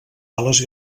ales